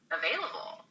available